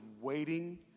waiting